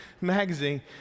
Magazine